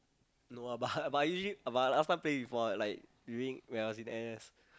no ah but but I usually but I last time play before lah like during when I was in N_S